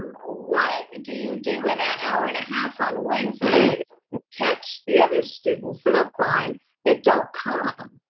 what do you do in that hour and a half on wednesday to catch the other students up on that don't come,